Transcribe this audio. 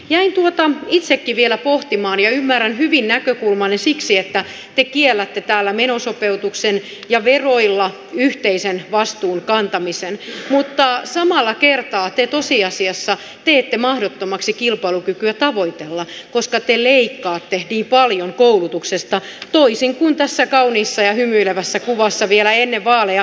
jäin tuota itsekin vielä pohtimaan ja ymmärrän hyvin näkökulmanne siksi että te kiellätte täällä menosopeutuksen ja veroilla yhteisen vastuun kantamisen mutta samalla kertaa te tosiasiassa teette mahdottomaksi kilpailukyvyn tavoittelemisen koska te leikkaatte niin paljon koulutuksesta toisin kuin tässä kauniissa ja hymyilevässä kuvassa vielä ennen vaaleja lupasitte